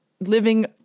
living